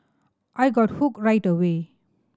I got hooked right away